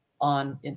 on